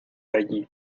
allí